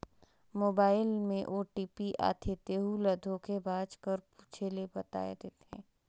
mobile में OTP आथे तेहू ल धोखेबाज कर पूछे ले बताए देथे